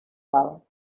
val